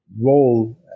role